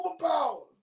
superpowers